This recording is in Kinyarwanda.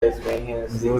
nkuvure